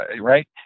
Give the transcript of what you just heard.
right